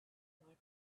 library